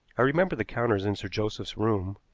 i remembered the counters in sir joseph's room,